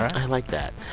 i like that.